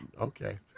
Okay